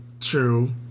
True